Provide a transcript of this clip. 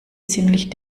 ziemlich